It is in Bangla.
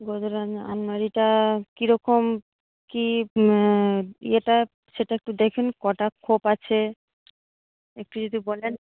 গোদরেজ আলমারিটা কী রকম কী ইয়েটা সেটা একটু দেখেন কটা খোপ আছে একটু যদি বলেন